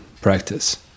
practice